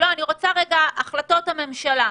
אני רוצה להתייחס להחלטות הממשלה.